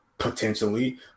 potentially